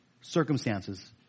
circumstances